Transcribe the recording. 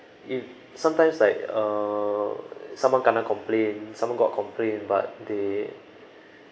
if sometimes like uh someone kena complain someone got complain but they